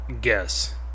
guess